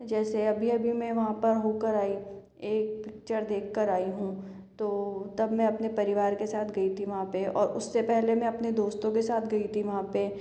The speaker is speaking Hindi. जैसे अभी अभी मैं वहाँ पर होकर आई एक पिक्चर देख कर आई हूँ तो तब मैं अपने परिवार के साथ गई थी वहाँ पर और उससे पहले मैं अपने दोस्तों के साथ गई थी वहाँ पर